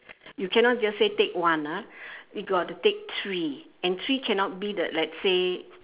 you cannot just say take one ah you got to take three and three cannot be the let's say